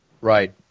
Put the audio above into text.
Right